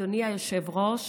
אדוני היושב-ראש,